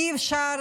אי-אפשר